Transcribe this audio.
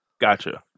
gotcha